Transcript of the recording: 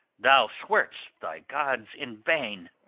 thou swear'st thy gods in vain.